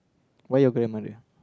why your grandmother